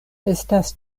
estas